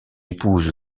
épouse